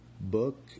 book